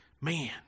man